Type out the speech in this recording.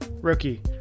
rookie